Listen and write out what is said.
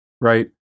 right